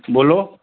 बोलो